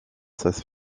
cesse